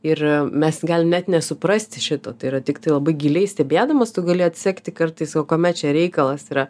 ir mes galim net nesuprasti šito tai yra tiktai labai giliai stebėdamas tu gali atsekti kartais o kame čia reikalas yra